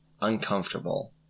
uncomfortable